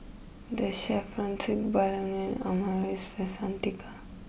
the Chevron and Amaris by Santika